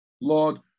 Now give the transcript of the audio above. Lord